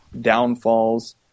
downfalls